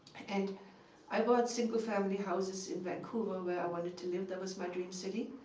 and i bought single-family houses in vancouver, where i wanted to live. that was my dream city.